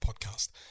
podcast